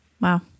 Wow